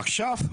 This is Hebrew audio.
עכשיו,